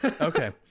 Okay